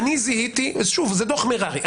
שוב, זה דוח מררי.